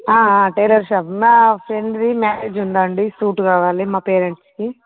tailor shop మా ఫ్రెండ్ది marriage ఉందండి సూట్ కావాలి మా పేరెంట్స్కి